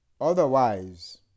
Otherwise